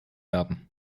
werden